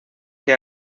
que